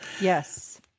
Yes